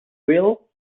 will